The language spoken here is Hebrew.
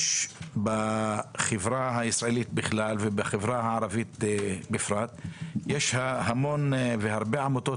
בחברה הישראלית בכלל ובחברה הערבית בפרט יש הרבה עמותות,